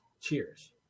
Cheers